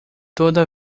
toda